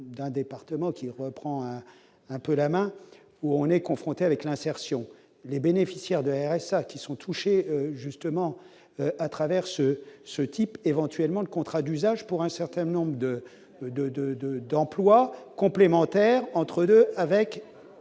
d'un département qui reprend un peu la main où on est confronté avec l'insertion, les bénéficiaires du RSA qui sont touchés, justement, à travers ce ce type éventuellement le contrat d'usage pour un certain nombre de. De, de, de, d'complémentaires, entre 2 avec